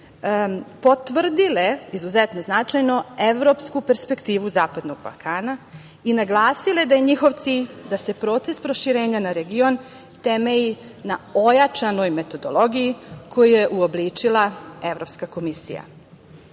potvrdile izuzetan značajno evropsku perspektivu Zapadnog Balkana i naglasile da je njihov cilj da se proces proširenja na region temelji na ojačanoj metodologiji koji je uobličila Evropska komisija.I